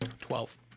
Twelve